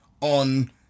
on